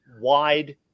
wide